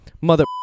mother